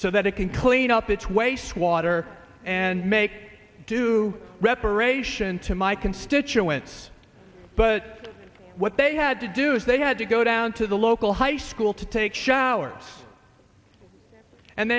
so that it can clean up its wastewater and make do reparation to my constituents but what they had to do is they had to go down to the local high school to take showers and